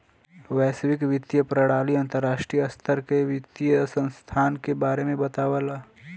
वैश्विक वित्तीय प्रणाली अंतर्राष्ट्रीय स्तर के वित्तीय संस्थान के बारे में बतावला